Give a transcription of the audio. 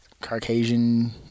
Caucasian